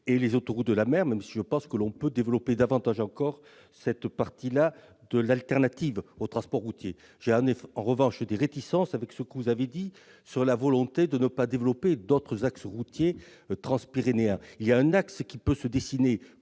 et les autoroutes de la mer, même si je pense que peut être développée davantage encore cette branche de l'alternative au transport routier. J'ai en revanche des réticences par rapport à ce que vous avez dit sur la volonté de ne pas développer d'autres axes routiers transpyrénéens. Il y a un axe qui peut se dessiner